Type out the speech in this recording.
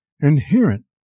inherent